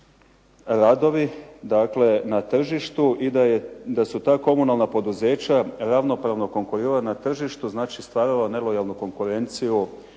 dakle na tržištu i da su ta komunalna poduzeća ravnopravno konkurirala na tržištu, znači stvarala nelojalnu konkurenciju